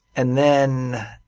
and then